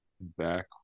back